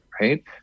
right